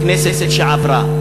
בכנסת שעברה.